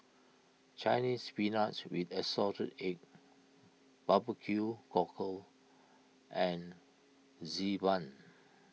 Chinese Spinach with Assorted Eggs Barbecue Cockle and Xi Ban